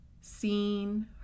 seen